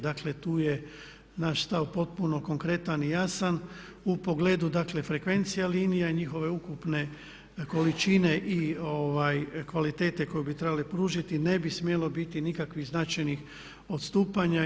Dakle tu je naš stav potpuno konkretan i jasan u pogledu dakle frekvencija linija i njihove ukupne količine i kvalitete koju bi trebali pružiti, ne bi smjelo biti nikakvih značajnih odstupanja.